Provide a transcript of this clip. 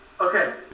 Okay